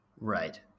Right